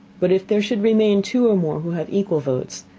but if there should remain two or more who have equal votes,